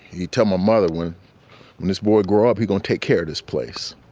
he tell my mother when when this boy grew up, he got take care at his place